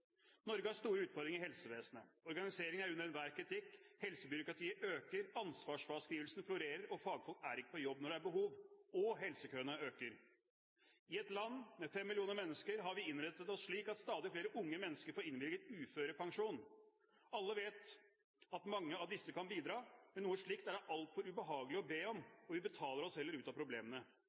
Norge har store utfordringer i helsevesenet. Organiseringen er under enhver kritikk – helsebyråkratiet øker, ansvarsfraskrivelsen florerer, fagfolk er ikke på jobb når det er behov, og helsekøene øker. I et land med fem millioner mennesker har vi innrettet oss slik at stadig flere unge mennesker får innvilget uførepensjon. Alle vet at mange av disse kan bidra, men noe slikt er det altfor ubehagelig å be om, og vi betaler oss heller ut av problemene.